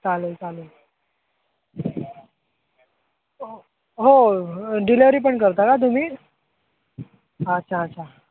चालेल चालेल हो डिलेवरी पण करता का तुम्ही अच्छा अच्छा